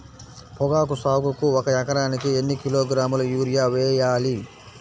పొగాకు సాగుకు ఒక ఎకరానికి ఎన్ని కిలోగ్రాముల యూరియా వేయాలి?